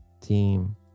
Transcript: team